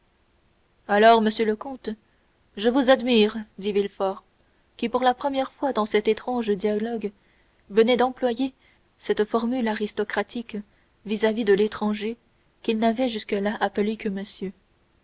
alors monsieur le comte je vous admire dit villefort qui pour la première fois dans cet étrange dialogue venait d'employer cette formule aristocratique vis-à-vis de l'étranger qu'il n'avait jusque-là appelé que monsieur